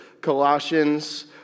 Colossians